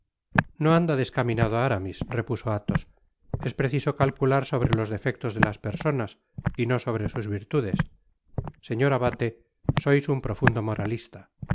no anda descaminado aramis repuso athos es preciso calcular sobre los defectos de las personas y no sobre sus virtudes señor abate sois un profundo moralista